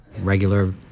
Regular